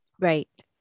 Right